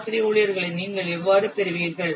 சராசரி ஊழியர்களை நீங்கள் எவ்வாறு பெறுவீர்கள்